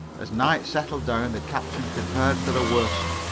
as night settled down the captain prepared for the worst.